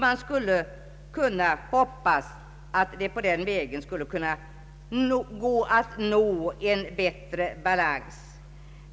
Man borde kunna hoppas att det på den vägen skulle gå att nå en bättre balans.